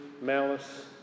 malice